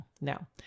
Now